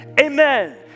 Amen